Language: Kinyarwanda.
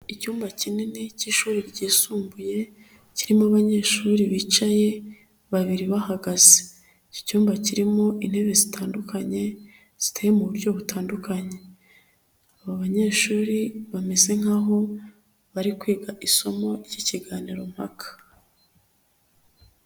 Icyumba kinini cy'ishuri ryisumbuye, kirimo abanyeshuri bicaye, babiri bahagaze, iki cyumba kirimo intebe zitandukanye ziteye mu buryo butandukanye, aba banyeshuri bameze nk'aho bari kwiga isomo ry'ikiganiro mpaka.